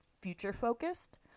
future-focused